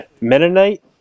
mennonite